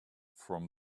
from